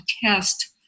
test